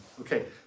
Okay